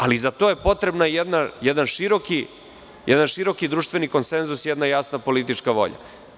Ali, za to je potreban jedan široki društveni konsenzus i jasna politička volja.